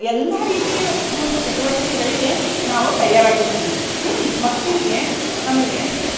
ಎಲ್ಲ ರೀತಿಯ ಒಂದು ಚಟುವಟಿಕೆಗಳಿಗೆ ನಾವು ತಯಾರು ಆಗಿರ್ತೀವಿ ಹ್ಞೂ ಮಕ್ಕಳಿಗೆ ಆಮೇಲೆ